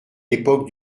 l’époque